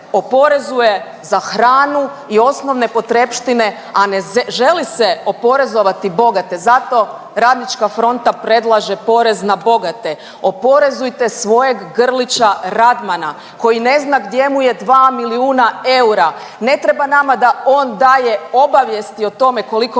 za hranu i osnovne potrepštine, a ne želi se oporezovati bogate, zato Radnička fronta predlaže porez na bogate. Oporezujte svojeg Grlića Radmana, koji ne zna gdje mu je 2 milijuna eura. Ne treba nama da on daje obavijesti o tome koliko